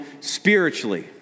spiritually